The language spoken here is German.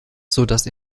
sodass